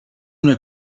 una